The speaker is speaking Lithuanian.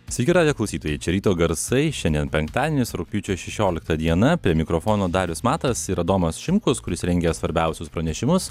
sveiki radijo klausytojai čia ryto garsai šiandien penktadienis rugpjūčio šešiolikta diena prie mikrofono darius matas ir adomas šimkus kuris rengia svarbiausius pranešimus